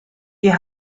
ihr